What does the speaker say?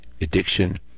Addiction